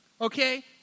okay